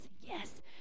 yes